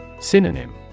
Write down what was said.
Synonym